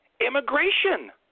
immigration